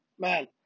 man